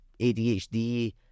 ADHD